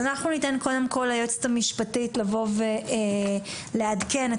אז אנחנו ניתן קודם כל ליועצת המשפטית לבוא ולעדכן את